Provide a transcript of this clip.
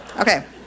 Okay